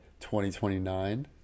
2029